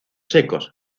secos